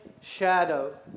shadow